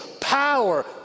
power